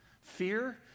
Fear